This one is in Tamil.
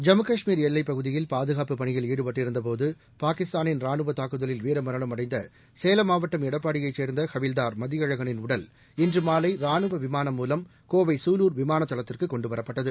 ஜம்மு காஷ்மீர் எல்லைப் பகுதியில் பாதுகாப்பு பணியில் ஈடுபட்டிருந்த போது பாகிஸ்தானின் ரானுவ தாக்குதலில் வீரமரணம் அடைந்த சேலம் மாவட்டம் எடப்பாடியை சேர்ந்த ஹவில்தாா் மதியழகனின் உடல் இன்று மாலை ராணுவ விமானம் மூலம் கோவை சூலூர் விமானதளத்திற்கு கொண்டு வரப்பட்டது